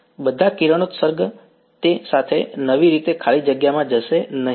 બધા કિરણોત્સર્ગ તે બરાબર સાથે નવી રીતે ખાલી જગ્યામાં જશે નહીં